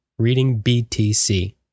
ReadingBTC